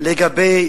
לגבי